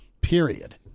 Period